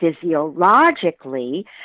physiologically